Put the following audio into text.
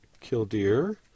Killdeer